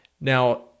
now